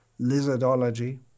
lizardology